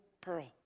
pearl